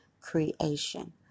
creation